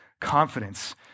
confidence